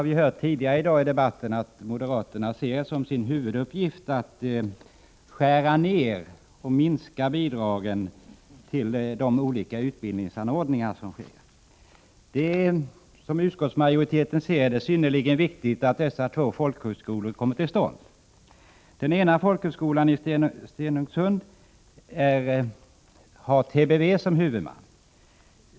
Vi har tidigare i dagens debatt hört att moderaterna ser som sin huvuduppgift att skära ned bidragen till de olika utbildningsanordningar som finns. Det är enligt utskottsmajoriteten synnerligen viktigt att dessa två filialfolkhögskolor kommer till stånd. Den ena folkhögskolan, Stensund, har TBV som huvudman.